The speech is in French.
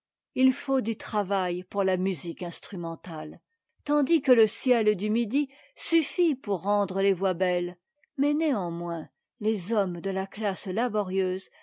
il faut du travail pour la musique instrumentale tandis que le ciel du midi suffit pour rendre es voix belles mais néanmoins les hommes de la classe laborieuse